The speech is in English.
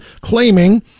claiming